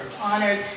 honored